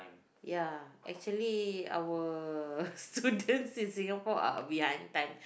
ya actually our student in Singapore are behind time